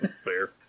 fair